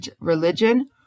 religion